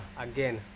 again